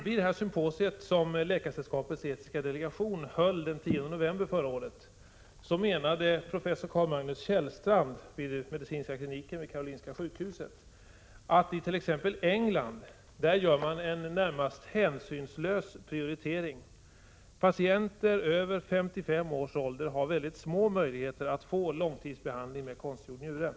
Vid det symposium som Läkaresällskapets etiska delegation höll den 10 november förra året menade professor Carl-Magnus Kjellstrand från medicinska kliniken vid Karolinska sjukhuset att man i t.ex. England gör en närmast hänsynslös prioritering. Patienter över 55 års ålder har väldigt små möjligheter att få långtidsbehandling med konstgjord njure.